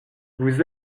vous